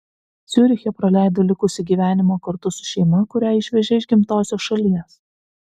ciuriche praleido likusį gyvenimą kartu su šeima kurią išvežė iš gimtosios šalies